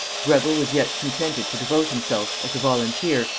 greville was yet contented to devote himself, as a volunteer,